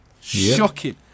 shocking